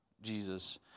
Jesus